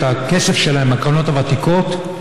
את הכסף שלהם בקרנות הוותיקות,